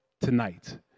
tonight